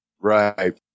Right